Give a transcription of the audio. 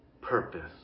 purpose